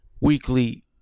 weekly